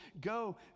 go